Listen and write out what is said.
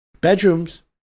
bedrooms